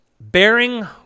Bearing